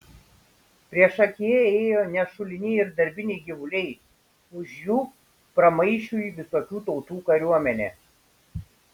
priešakyje ėjo nešuliniai ir darbiniai gyvuliai už jų pramaišiui visokių tautų kariuomenė